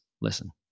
listen